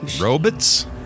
Robots